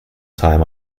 time